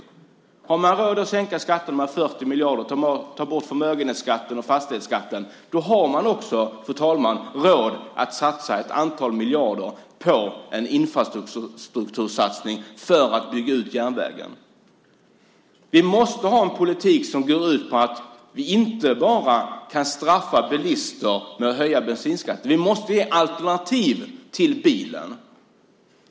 Om man har råd att sänka skatterna med 40 miljarder och ta bort förmögenhets och fastighetsskatten har man också, fru talman, råd att lägga ett antal miljarder på en infrastruktursatsning för att bygga ut järnvägen. Vi måste ha en politik som går ut på att vi inte bara kan straffa bilister genom att höja bensinskatten. Vi måste ge alternativ till bilen.